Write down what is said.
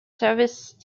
service